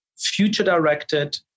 future-directed